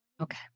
Okay